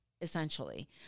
essentially